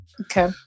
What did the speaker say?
Okay